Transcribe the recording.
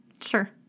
Sure